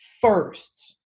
first